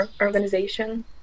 organization